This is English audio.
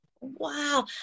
wow